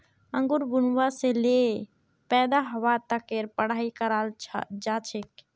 अंगूर बुनवा से ले पैदा हवा तकेर पढ़ाई कराल जा छे